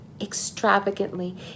extravagantly